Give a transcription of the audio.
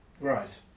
Right